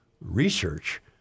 research